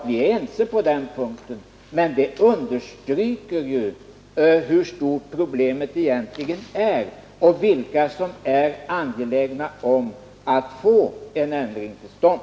Vi är ense på den punkten — men det understryker ju hur stort problemet egentligen är och vilka som är angelägna om att få en ändring till stånd.